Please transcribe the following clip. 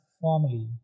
formally